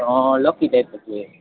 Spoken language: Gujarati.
અ લખી દે જો કે